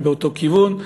הם באותו כיוון.